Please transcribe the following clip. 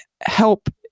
help